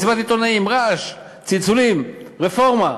מסיבת עיתונאים, רעש, צלצולים, רפורמה.